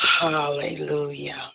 Hallelujah